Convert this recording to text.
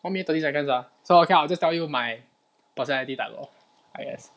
one minute thirty seconds ah so okay I'll just tell you my personality type lor I guess